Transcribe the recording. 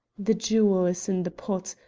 the jewel is in the pot,